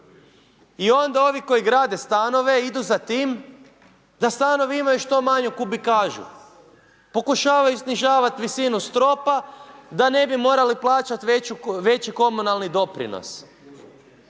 I onda ovi koji grade stanove idu za tim da stanovi imaju što manju kubikažu. Pokušavaju snižavati visinu stropa da ne bi morali plaćati veći komunalni doprinos.